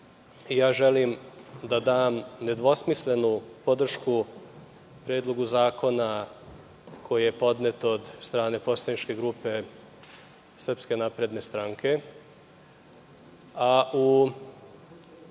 Želim da dam nedvosmislenu podršku Predlogu zakona koji je podnet od strane poslaničke grupe SNS.U kasnijem toku